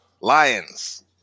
Lions